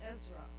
Ezra